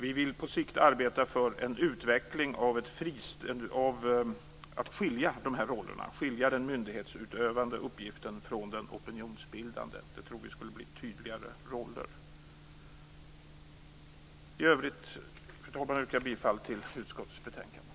Vi hoppas att den kommitté som nu jobbar med de här frågorna kommer med förslag i den riktningen. Vi tror att det skulle innebära att rollerna blir tydligare. Fru talman! I övrigt yrkar jag bifall till hemställan i utskottets betänkande.